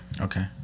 Okay